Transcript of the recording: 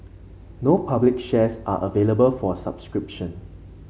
no public shares are available for subscription